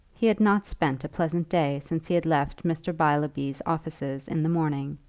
he had not spent a pleasant day since he had left mr. beilby's offices in the morning,